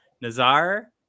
Nazar